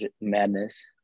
madness